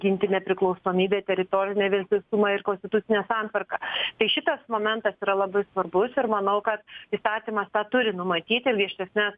ginti nepriklausomybę teritorinį vientisumą ir konstitucinę santvarką tai šitas momentas yra labai svarbus ir manau kad įstatymas tą turi numatyti ir griežtesnes